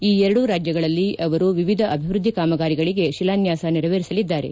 ಈ ಎರಡೂ ರಾಜ್ಯಗಳಲ್ಲಿ ಅವರು ವಿವಿಧ ಅಭಿವೃದ್ದಿ ಕಾಮಗಾರಿಗಳಿಗೆ ಶಿಲಾನ್ವಾಸ ನೆರವೇರಿಸಲಿದ್ದಾರೆ